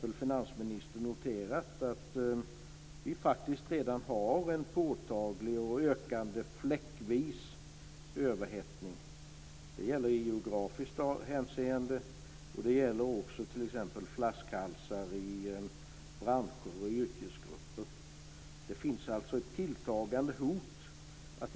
Har finansministern t.ex. noterat att vi faktiskt redan har en påtaglig och fläckvis ökande överhettning? Det gäller i geografiskt hänseende och det gäller också t.ex. flaskhalsar inom branscher och yrkesgrupper. Att inflationen ökar framöver är alltså ett tilltagande hot.